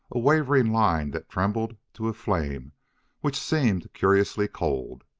a wavering line that trembled to a flame which seemed curiously cold.